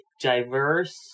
diverse